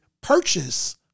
purchase